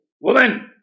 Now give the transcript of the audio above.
woman